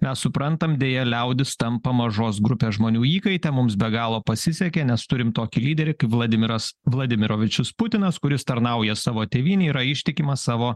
mes suprantam deja liaudis tampa mažos grupės žmonių įkaite mums be galo pasisekė nes turim tokį lyderį kaip vladimiras vladimirovičius putinas kuris tarnauja savo tėvynei yra ištikimas savo